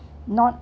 not